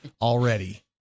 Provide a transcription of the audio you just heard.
already